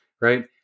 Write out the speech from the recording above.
right